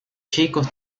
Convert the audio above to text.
chicos